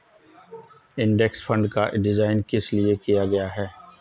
Index fund का design किस लिए किया गया है?